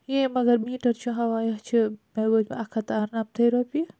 یے مگر میٹر چھُ ہاوان یتھ چھُ مےٚ وٲتمٕتۍ أکھ ہتھ تہٕ ارنمتھے رۄپیہِ